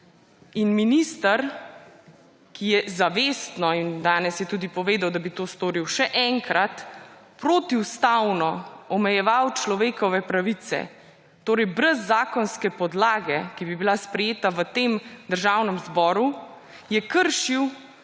In minister, ki je zavestno – in danes je tudi povedal, da bi to storil še enkrat – protiustavno omejeval človekove pravice, torej brez zakonske podlage, ki bi bila sprejeta v Državnem zboru, je kršil